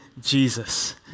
Jesus